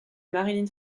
marilyn